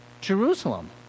Jerusalem